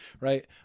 right